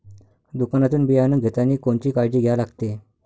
दुकानातून बियानं घेतानी कोनची काळजी घ्या लागते?